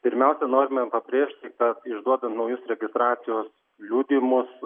pirmiausia norime pabrėžti kad išduodant naujus registracijos liudijimus